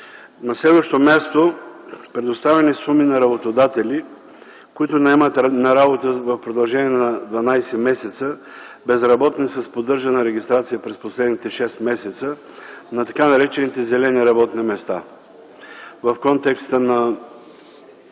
На следващо място, предоставяне на суми на работодатели, които наемат на работа в продължение на 12 месеца безработни с поддържана регистрация през последните шест месеца на така наречените „зелени работни места”. В контекста на